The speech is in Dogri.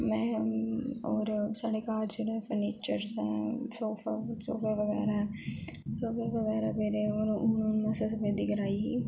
में होर साढ़े घर जेह्ड़ा फर्निचर ऐ सोफा सोफा बगैरा सोफे बगेरा पेदे मसा सफेदी कराई ही